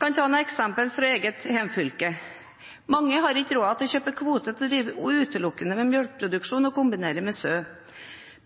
kan ta noen eksempler fra eget hjemfylke. Mange har ikke råd til å kjøpe kvote til å drive utelukkende med melkeproduksjon, og kombinerer det med sau.